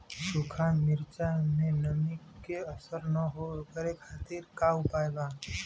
सूखा मिर्चा में नमी के असर न हो ओकरे खातीर का उपाय बा?